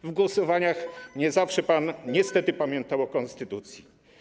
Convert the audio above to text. W głosowaniach nie zawsze pan niestety pamiętał o konstytucji.